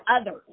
others